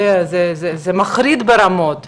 זה מחריד ברמות.